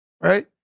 right